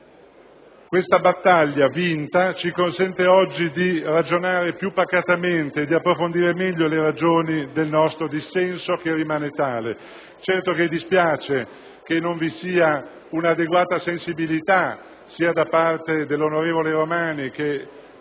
Questa battaglia vinta ci consente oggi di ragionare più pacatamente e di approfondire meglio le ragioni del nostro dissenso, che rimane tale. Certo dispiace che non vi sia una adeguata sensibilità, sia dell'onorevole Romani, che